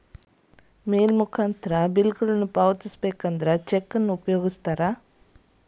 ಮೇಲ್ ಮೂಲಕ ಬಿಲ್ಗಳನ್ನ ಪಾವತಿಸೋಕ ಚೆಕ್ಗಳನ್ನ ಉಪಯೋಗಿಸ್ತಾರ